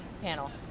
panel